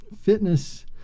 fitness